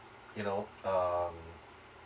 you know um